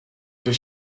does